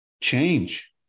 Change